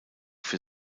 für